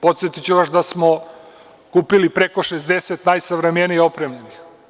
Podsetiću vas da smo kupili preko 60 najsavremenije opremljenih.